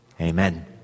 Amen